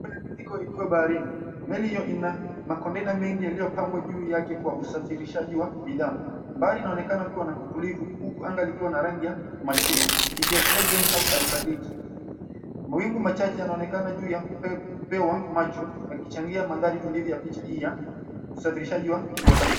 Meli iko ikiwa baharini. Meli hiyo ina makontena mengi yaliyopangwa juu yake kwa usafirishaji wa bidhaa. Bahari inaonekana kuwa na utulivu huku anga likiwa na rangi ya machweo, ikiaashiria jioni au alfajiri. Mawingu machache yanaonekana juu ya upewa macho yakichangia mandhari tulivu ya picha hii ya usafirishaji wa kimataifa.